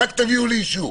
רק תביאו לי אישור.